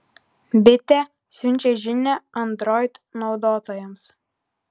bitė siunčia žinią android naudotojams